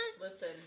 Listen